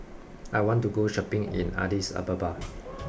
I want to go shopping in Addis Ababa